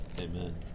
Amen